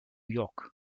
york